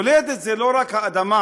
מולדת זה לא רק האדמה,